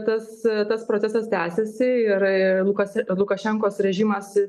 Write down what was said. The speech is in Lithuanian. tas tas procesas tęsiasi ir ir lukas lukašenkos režimas